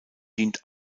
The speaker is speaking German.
dient